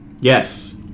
Yes